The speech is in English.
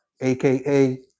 aka